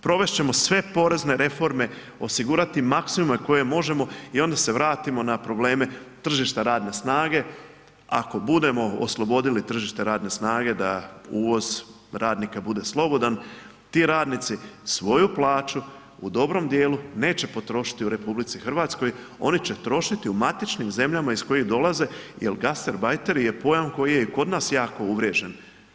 Provest ćemo sve porezne reforme, osigurati maksimume koje možemo i onda se vratimo na probleme tržišta radne snage, ako budemo oslobodili tržište radne snage da uvoz radnika bude slobodan, ti radnici svoju plaću u dobrom dijelu neće potrošiti u RH, oni će trošiti u matičnim zemljama iz kojih dolaze jer gastarbajteri je pojam koji je i kod nas jako uvriježen.